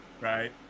right